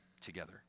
together